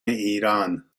ایران